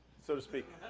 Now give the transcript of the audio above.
so to speak.